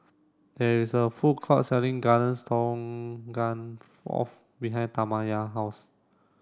there is a food court selling Garden Stroganoff behind Tamya house